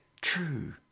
True